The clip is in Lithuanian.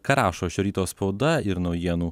ką rašo šio ryto spauda ir naujienų